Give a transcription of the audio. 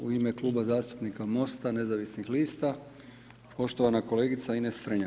U ime Kluba zastupnika MOST-a nezavisnih lista, poštovana kolegice Ines Strenja.